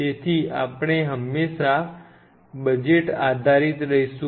તેથી આપણે હંમેશા બજેટ આધારિત રહીશું